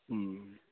हुँ